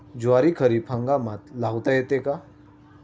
ज्वारी खरीप हंगामात लावता येते का?